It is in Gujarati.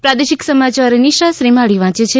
પ્રાદેશિક સમાચાર નિશા શ્રીમાળી વાંચ છે